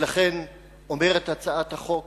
ולכן אומרת הצעת החוק: